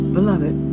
Beloved